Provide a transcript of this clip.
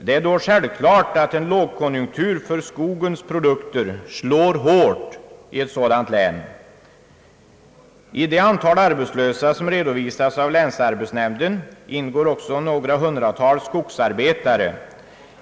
Det är då självklart att en lågkonjunktur för skogens produkter slår hårt i ett sådant län. I det antal arbetslösa som redovisas av länsarbetsnämnden ingår också några hundratal skogsarbetare.